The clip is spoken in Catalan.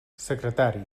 secretari